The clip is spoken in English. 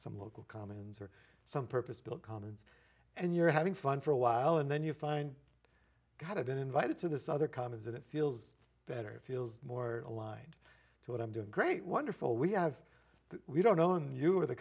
some local commons or some purpose built commons and you're having fun for a while and then you find god i've been invited to this other commons and it feels better feels more aligned to what i'm doing great wonderful we have the we don't know in you or the